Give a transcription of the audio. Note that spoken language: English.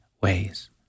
ways